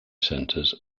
centers